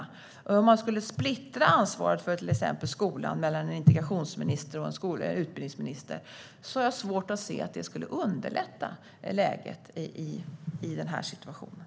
Om man till exempel skulle splittra ansvaret för skolan mellan en integrationsminister och en utbildningsminister har jag svårt att se att det skulle underlätta läget i den här situationen.